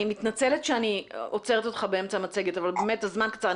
אני מתנצלת שאני עוצרת אותך באמצע המצגת אבל באמת הזמן קצר.